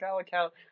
account